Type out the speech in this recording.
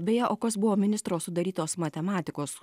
beje o kas buvo ministro sudarytos matematikos